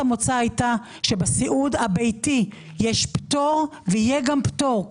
הייתה שבסיעוד הביתי יש ויהיה פטור,